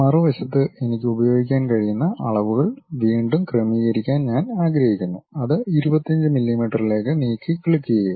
മറുവശത്ത് എനിക്ക് ഉപയോഗിക്കാൻ കഴിയുന്ന അളവുകൾ വീണ്ടും ക്രമീകരിക്കാൻ ഞാൻ ആഗ്രഹിക്കുന്നു അത് 25 മില്ലിമീറ്ററിലേക്ക് നീക്കി ക്ലിക്കുചെയ്യുക